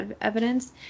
evidence